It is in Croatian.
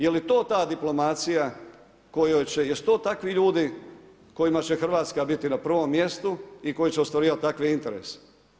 Je li to ta diplomacija kojoj će, jesu to takvi ljudi kojima će Hrvatska biti na prvom mjestu i koji će ostvarivati takve interese.